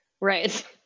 Right